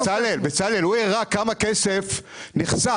אבל, בצלאל, הוא הראה כמה כסף נחסך.